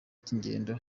cy’ingendo